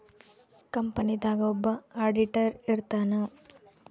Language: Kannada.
ಕಂಪನಿ ದಾಗ ಒಬ್ಬ ಆಡಿಟರ್ ಇರ್ತಾನ